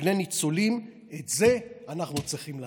כבני הניצולים, את זה אנחנו צריכים להגיד.